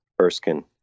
Erskine